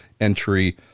entry